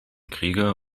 kriege